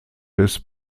des